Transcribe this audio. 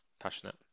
Passionate